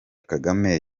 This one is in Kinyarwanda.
kagame